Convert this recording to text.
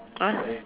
!huh!